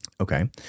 Okay